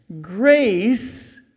grace